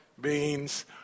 beans